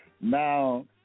now